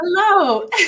Hello